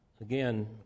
Again